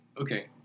okay